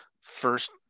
first